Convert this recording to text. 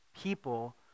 people